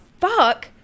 fuck